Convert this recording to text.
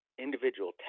individual